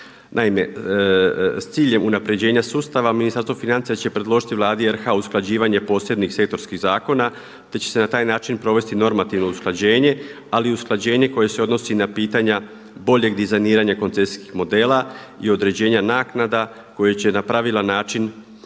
Naime, s ciljem unapređenja sustava Ministarstvo financija će predložiti Vladi RH usklađivanje posebnih sektorskih zakona, te će se na taj način provesti normativno usklađenje, ali i usklađenje koje se odnosi na pitanja boljeg dizajniranja koncesijskih modela i određenja naknada koje će na pravilan način